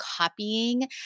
copying